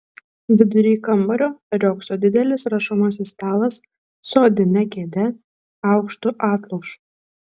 vidury kambario riogso didelis rašomasis stalas su odine kėde aukštu atlošu